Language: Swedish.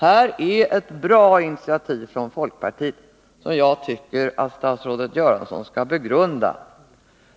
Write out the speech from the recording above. Här finns från folkpartiet ett bra initiativ som jag tycker att statsrådet Göransson skall begrunda.